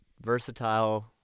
versatile